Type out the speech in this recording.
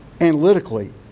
analytically